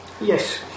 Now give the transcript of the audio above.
Yes